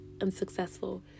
unsuccessful